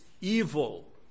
evil